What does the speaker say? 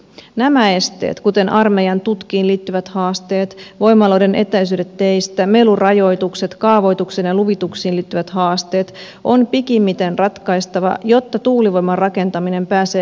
nämä esteet kuten armeijan tutkiin liittyvät haasteet voimaloiden etäisyydet teistä melurajoitukset kaavoitukseen ja luvituksiin liittyvät haasteet on pikimmiten ratkaistava jotta tuulivoiman rakentaminen pääsee lentoon